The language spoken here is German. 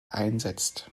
einsetzt